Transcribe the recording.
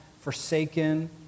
forsaken